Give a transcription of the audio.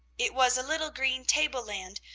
it was a little green table-land,